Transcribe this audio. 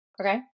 Okay